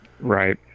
Right